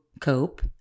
cope